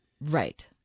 Right